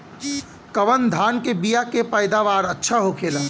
कवन धान के बीया के पैदावार अच्छा होखेला?